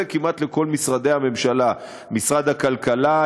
כמעט לכל משרדי הממשלה: משרד הכלכלה,